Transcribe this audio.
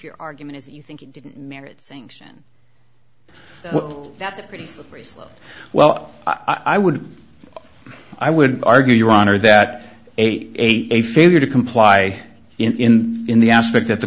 your argument is you think it didn't merit sanction that's a pretty slippery slope well i would i would argue your honor that aig aig a failure to comply in in the aspect that the